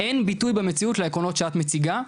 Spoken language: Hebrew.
אין ביטוי במציאות לעקרונות שאת מציגה,